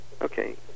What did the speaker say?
Okay